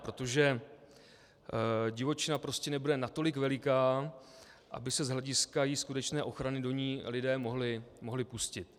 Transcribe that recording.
Protože divočina prostě nebude natolik veliká, aby se z hlediska její skutečné ochrany do ní lidé mohli pustit.